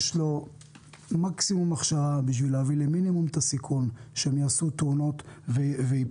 יש לו מקסימום הכשרה כדי להביא למינימום סיכון שהוא יעשה תאונה וייפגע.